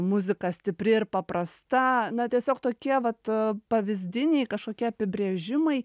muzika stipri ir paprasta na tiesiog tokie vat pavyzdiniai kažkokie apibrėžimai